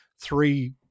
three